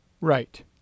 Right